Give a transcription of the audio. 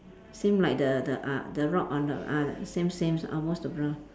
same like the the ah the rock on the ah same same almost the brown